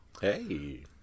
Hey